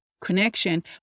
connection